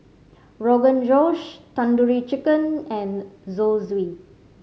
Rogan Josh Tandoori Chicken and Zosui